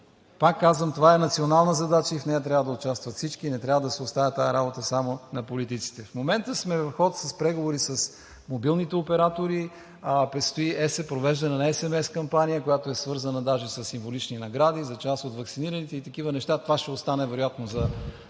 Пак казвам, това е национална задача и в нея трябва да участват всички. Не трябва да се оставя тази работа само на политиците. В момента сме в ход на преговори с мобилните оператори, предстои провеждане на SMS кампания, която е свързана даже със символични награди за част от ваксинираните, и такива неща – това ще остане вероятно за